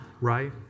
Right